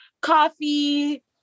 coffee